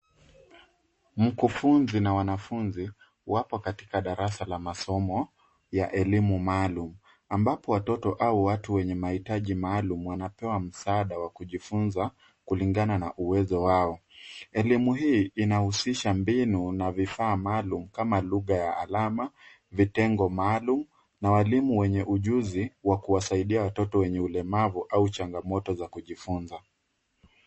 Mkufunzi na wanafunzi, wapo katika darasa la masomo ya elimu maalum, ambapo watoto au watu wenye mahitaji maalum wanapewa msaada wa kujifunza kulingana na uwezo wao. Elimu hii inahusisha mbinu na vifaa maalum kama lugha ya alama, vitengo maalum na walimu wenye ujuzi wa kuwasaidia watoto wenye ulemavu au changamoto za kujifunza.